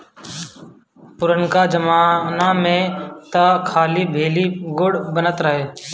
पुरनका जमाना में तअ खाली भेली, गुड़ बनत रहे